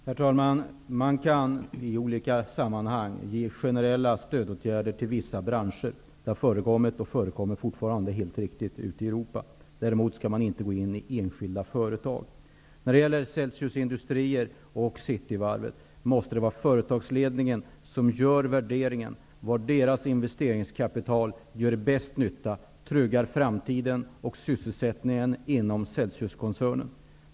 Herr talman! I olika sammanhang kan man medge generella stödåtgärder för vissa branscher. Det har förekommit, och förekommer fortfarande -- det är helt riktigt -- ute i Europa. Däremot skall man inte gå in i enskilda företag. När det gäller Celsius industrier och Cityvarvet vill jag säga att det måste vara företagsledningen som gör en värdering av var dess investeringskapital gör största nyttan samt tryggar framtiden och sysselsättningen inom Celsiuskoncernen.